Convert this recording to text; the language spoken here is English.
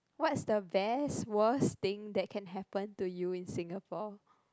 what's the best worst thing that can happen to you in Singapore